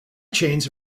chains